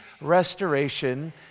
restoration